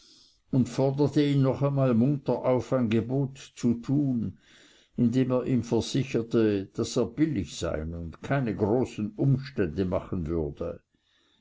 und forderte ihn noch einmal munter auf ein gebot zu tun indem er ihm versicherte daß er billig sein und keine großen umstände ma chen würde